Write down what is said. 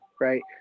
right